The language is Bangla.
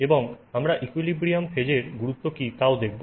এবং আমরা ইকুইলিব্রিয়াম ফেজের গুরুত্ব কী তাও দেখব